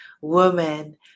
woman